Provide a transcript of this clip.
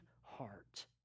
heart